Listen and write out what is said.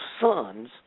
sons